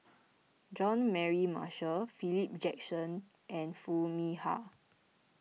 Jean Mary Marshall Philip Jackson and Foo Mee Har